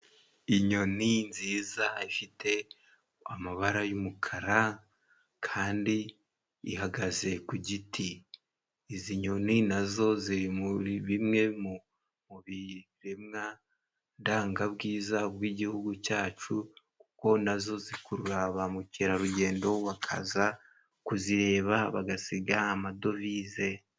Inyoni nziza ifite amabara y'umukara kandi ihagaze ku giti izi nyoni nazo ziri muri bimwe mu biremwa ndanga bwiza bw'igihugu cyacu kuko nazo zikurura bamukerarugendo bakaza kuzireba bagasiga amadovize.